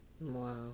wow